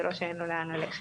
זה לא שאין לו לאן ללכת.